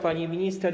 Pani Minister!